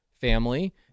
family